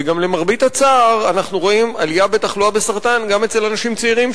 ולמרבה הצער אנחנו רואים עלייה בתחלואה בסרטן גם אצל אנשים צעירים,